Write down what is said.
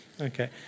Okay